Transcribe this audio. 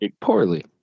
poorly